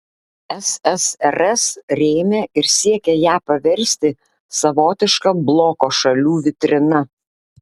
ssrs rėmė ir siekė ją paversti savotiška bloko šalių vitrina